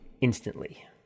instantly